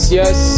yes